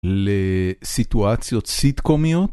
לסיטואציות סיטקומיות.